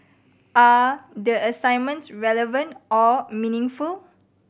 are the assignments relevant or meaningful